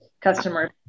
customers